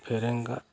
फेरेंगा